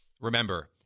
Remember